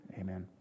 Amen